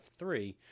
F3